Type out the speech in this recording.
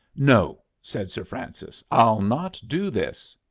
no! said sir francis. i'll not do this.